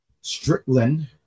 strickland